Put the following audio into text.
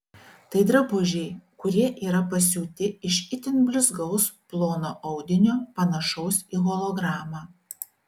tai drabužiai kurie yra pasiūti iš itin blizgaus plono audinio panašaus į hologramą